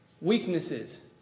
Weaknesses